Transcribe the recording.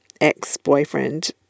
ex-boyfriend